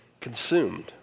consumed